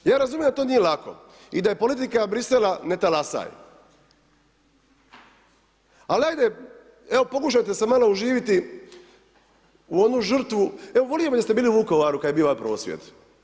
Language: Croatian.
Ja razumijem da to nije lako i da je politika Brisela ne talasaj, ali ajde, evo pokušajte se malo uživjeti u onu žrtvu, evo volio bih da ste bili u Vukovaru kada je bio ovaj prosvjed.